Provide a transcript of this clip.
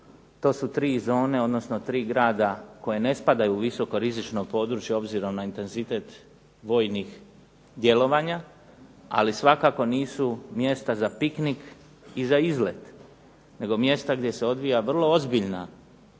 To su tri zone odnosno tri grada koji ne spadaju u visoko rizično područje obzirom na intenzitet vojnih djelovanja, ali svakako nisu mjesta za piknik i za izlet, nego mjesta gdje se odvija vrlo ozbiljan